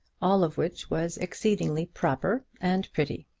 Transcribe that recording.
all of which was exceedingly proper and pretty.